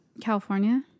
california